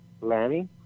Lanny